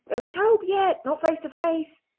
there is hope yet! not face to face!